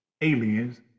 aliens